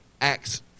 Acts